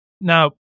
now